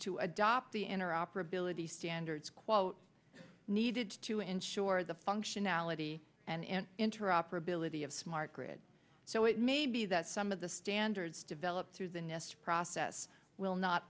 to adopt the inner operability standards quote needed to ensure the functionality and interoperability of smart grid so it may be that some of the standards developed through the nist process will not